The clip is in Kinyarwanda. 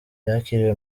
yakiriwe